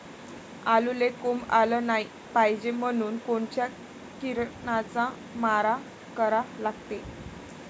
आलूले कोंब आलं नाई पायजे म्हनून कोनच्या किरनाचा मारा करा लागते?